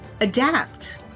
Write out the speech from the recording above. adapt